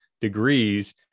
degrees